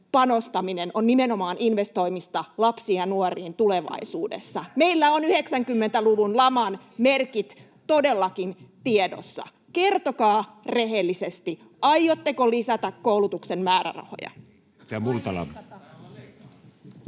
on nimenomaan investoimista lapsiin ja nuoriin tulevaisuudessa. [Sofia Vikmanin välihuuto] Meillä ovat 90-luvun laman merkit todellakin tiedossa. Kertokaa rehellisesti: aiotteko lisätä koulutuksen määrärahoja?